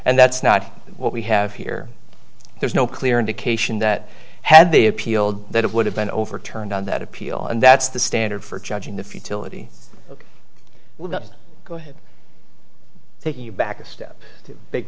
and that's not what we have here there's no clear indication that had they appealed that it would have been overturned on that appeal and that's the standard for judging the futility we're going to go ahead taking you back a step to big